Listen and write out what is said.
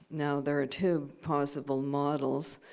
now, there are two possible models.